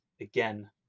again